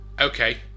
Okay